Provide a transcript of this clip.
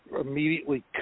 immediately